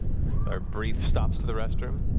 our brief stops to the restroom.